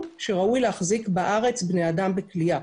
שראוי להחזיק בארץ בני אדם בכליאה.